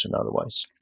otherwise